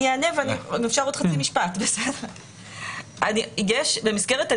אני אענה, אבל אם אפשר עוד חצי משפט.